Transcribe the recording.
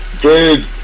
dude